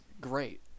great